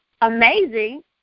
amazing